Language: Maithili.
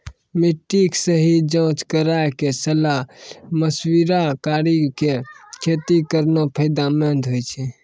मिट्टी के सही जांच कराय क सलाह मशविरा कारी कॅ खेती करना फायदेमंद होय छै